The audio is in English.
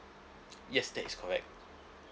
yes that is correct